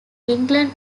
england